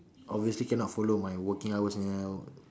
obviously cannot follow my working hours uh